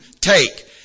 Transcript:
take